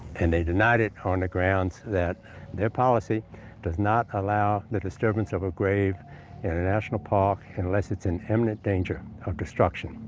and they denied it on the grounds that their policy does not allow the disturbance of a grave in a national park unless it's in imminent danger of destruction.